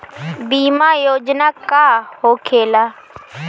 बीमा योजना का होखे ला?